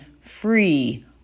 free